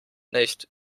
nicht